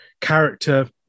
character